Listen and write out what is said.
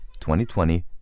2020